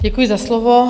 Děkuji za slovo.